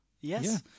Yes